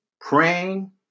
praying